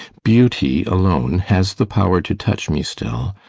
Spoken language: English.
beauty alone has the power to touch me still.